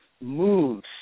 moves